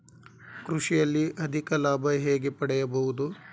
ಕೃಷಿಯಲ್ಲಿ ಅಧಿಕ ಲಾಭ ಹೇಗೆ ಪಡೆಯಬಹುದು?